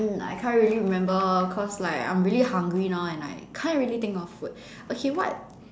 I can't really remember cause like I'm really hungry now and I can't really think of food okay what